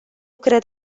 cred